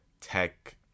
Tech